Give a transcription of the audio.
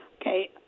Okay